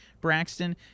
Braxton